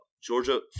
Georgia